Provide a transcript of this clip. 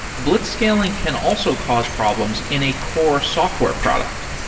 blitzscaling can also cause problems in a core software product.